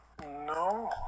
No